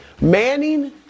Manning